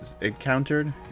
encountered